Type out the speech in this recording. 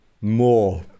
More